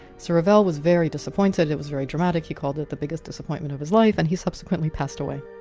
so revell was very disappointed. it was very dramatic. he called it the biggest disappointment of his life and he subsequently passed away